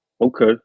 Okay